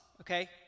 okay